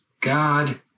God